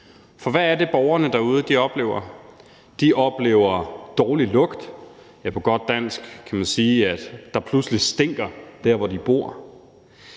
For hvad er det, borgerne derude oplever? De oplever dårlig lugt, ja, på godt dansk kan man sige, at der pludselig stinker der, hvor de bor.